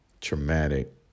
traumatic